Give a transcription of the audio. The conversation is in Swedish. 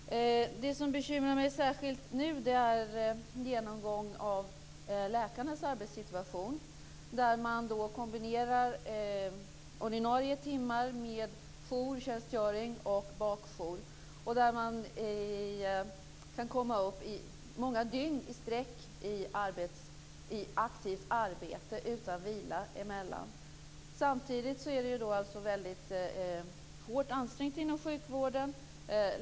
Det som bekymrar mig särskilt nu är en genomgång av läkarnas arbetssituation där man kombinerar ordinarie timmar med jourtjänstgöring och bakjour och där man kan komma upp i många dygn i sträck i aktivt arbete utan vila emellan. Samtidigt är det ju väldigt hårt ansträngt inom sjukvården.